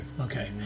Okay